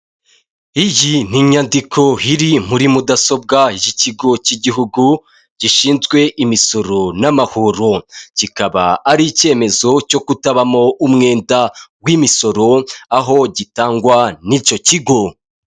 Iyi ni inyandiko iri muri mudasobwa y'ikigo cy'igihugu gishinzwe imisoro n'amahoro, kikaba ari icyemezo cyo kutabamo umwenda w'imisoro, aho gitangwa n'icyo kigo.